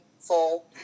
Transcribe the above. full